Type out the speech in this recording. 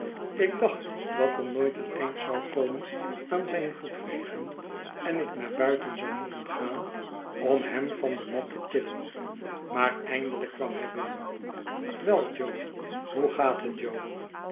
ik dacht dat er nooit een eind zou komen aan zijn voetenvegen en ik naar buiten zou moeten gaan om hem van de mat te tillen maar eindec kwam hij binnen wel jol hoe gaat het jo